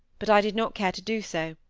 but i did not care to do so,